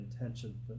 intention